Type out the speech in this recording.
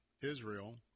Israel